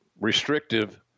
restrictive